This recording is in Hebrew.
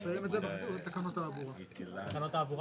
יש לך לבד התייעצות סיעתית חמש דקות.